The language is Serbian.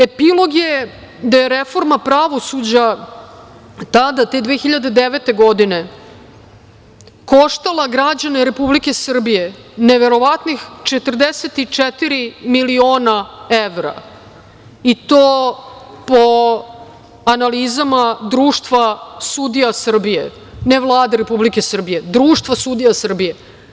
Epilog je da je reforma pravosuđa, tada te 2009. godine koštala građane Republike Srbije neverovatnih 44 miliona evra i to po analizama Društva sudija Srbije, ne Vlade Republike Srbije, Društva sudija Srbije.